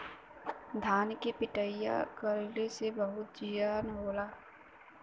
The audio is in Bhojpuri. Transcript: धान के पिटईया करवइले से बहुते जियान होला